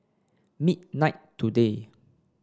midnight today